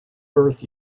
birth